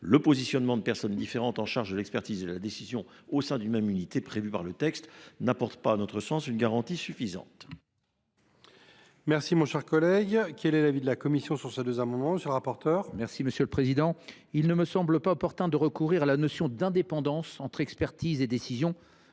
Le positionnement de personnes différentes chargées de l’expertise et de la décision au sein d’une même unité, prévu par le texte, n’apporte pas à notre sens une garantie suffisante.